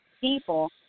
people